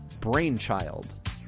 Brainchild